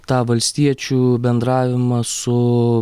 tą valstiečių bendravimą su